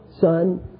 Son